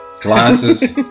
glasses